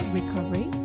Recovery